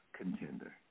contender